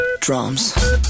drums